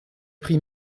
pris